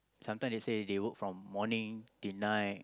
sometime they say they work from morning till night